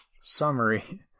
summary